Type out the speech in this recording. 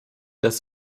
das